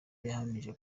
yahamije